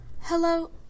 Hello